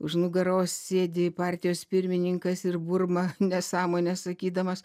už nugaros sėdi partijos pirmininkas ir murma nesąmonę sakydamas